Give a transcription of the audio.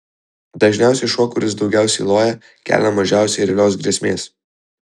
dažniausiai šuo kuris daugiausiai loja kelia mažiausiai realios grėsmės